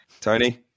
Tony